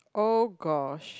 oh gosh